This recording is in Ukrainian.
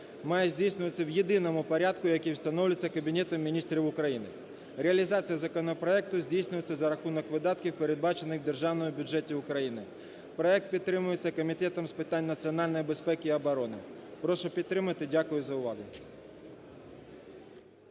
має здійснюватися в єдиному порядку, який встановлюється Кабінетом Міністрів України. Реалізація законопроекту здійснюється за рахунок видатків, передбачених в Державному бюджеті України. Проект підтримується Комітетом з питань національної безпеки і оборони. Прошу підтримати. Дякую за увагу.